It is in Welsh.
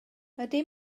ydy